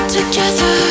Together